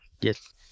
yes